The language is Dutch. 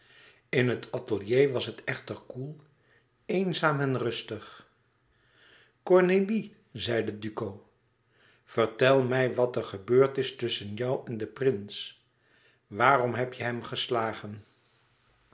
in het atelier was het echter koel eenzaam en rustig cornélie zeide duco vertel mij wat er gebeurd is tusschen jou en den prins waarom heb je hem geslagen